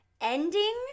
ending